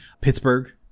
Pittsburgh